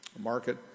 market